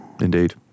indeed